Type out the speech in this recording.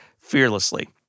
fearlessly